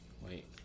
Wait